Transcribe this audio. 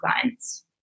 clients